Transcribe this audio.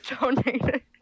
donated